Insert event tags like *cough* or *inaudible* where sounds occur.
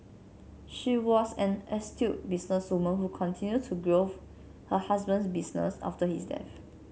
she was an astute businesswoman who continued to *unintelligible* her husband's business after his death